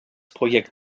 projekt